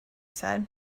said